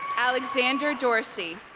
alexander dorsey